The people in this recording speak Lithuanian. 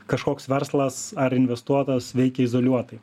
kažkoks verslas ar investuotojas veikia izoliuotai